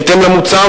בהתאם למוצע,